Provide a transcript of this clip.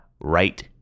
right